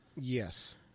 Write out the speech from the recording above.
Yes